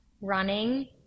running